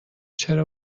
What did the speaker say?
چرا